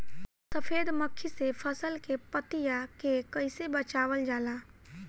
सफेद मक्खी से फसल के पतिया के कइसे बचावल जाला?